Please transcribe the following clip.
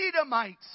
Edomites